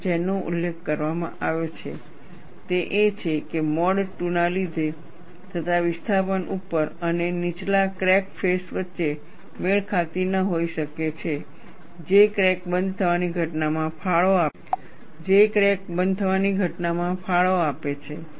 અને જેનો ઉલ્લેખ કરવામાં આવ્યો છે તે એ છે કે મોડ II ને લીધે થતા વિસ્થાપન ઉપર અને નીચલા ક્રેક ફેસઓ વચ્ચે મેળ ખાતી ન હોઈ શકે છે જે ક્રેક બંધ થવાની ઘટનામાં ફાળો આપે છે